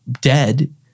dead